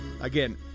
Again